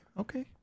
Okay